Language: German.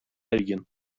belgien